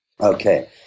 Okay